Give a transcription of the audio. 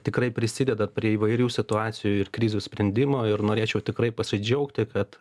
tikrai prisidedat prie įvairių situacijų ir krizių sprendimo ir norėčiau tikrai pasidžiaugti kad